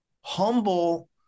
humble